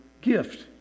gift